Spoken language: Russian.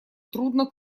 трудно